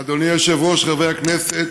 אדוני היושב-ראש, חברי הכנסת,